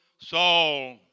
Saul